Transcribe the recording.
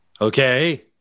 Okay